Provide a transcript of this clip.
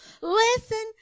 listen